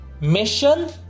Mission